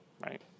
right